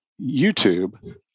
YouTube